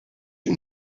you